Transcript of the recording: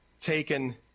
taken